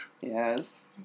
Yes